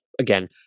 again